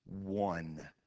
one